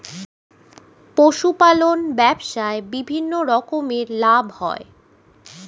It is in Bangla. পশুপালন ব্যবসায় বিভিন্ন রকমের লাভ হয়